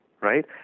right